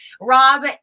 Rob